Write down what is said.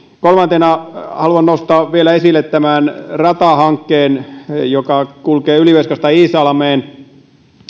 kolmantena haluan nostaa vielä esille tämän ratahankkeen joka kulkee ylivieskasta iisalmeen